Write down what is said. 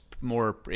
more